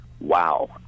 wow